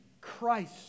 Christ